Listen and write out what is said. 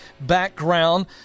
background